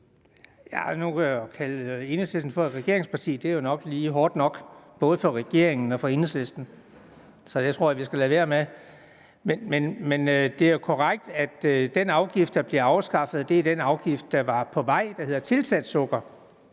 Aaen (EL): At kalde Enhedslisten for et regeringsparti er jo lige hårdt nok, både af hensyn til regeringen og af hensyn til Enhedslisten. Så det tror jeg vi skal lade være med. Det er korrekt, at den afgift, der bliver afskaffet, er den afgift, der er på vej om tilsat sukker.